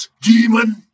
demon